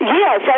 yes